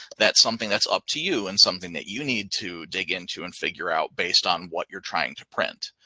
that something that's up to you and something that you need to dig into and figure out based on what you're trying to print.